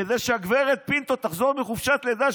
כדי שהגב' פינטו תחזור מחופשת לידה,